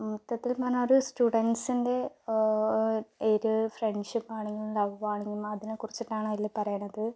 മൊത്തത്തിൽ പറഞ്ഞാൽ ഒരു സ്റ്റുഡൻസിന്റെ ഒരു ഫ്രണ്ട്ഷിപ്പാണ് ലൗവാണ് അതിനെക്കുറിച്ചിട്ടാണ് അതിൽ പറയണത്